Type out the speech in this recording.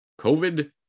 COVID